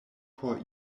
por